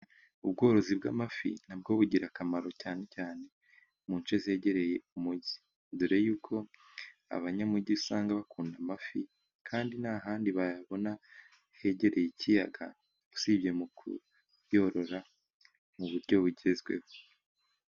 Ubworozi bw'amafi na bwo bugira akamaro, cyane cyane mu nce zegereye umugi, dore yuko abanyamugi usanga bakunda amafi, kandi nta handi bayabona hegereye ikiyaga, usibye mu kuyorora mu buryo bugezweho.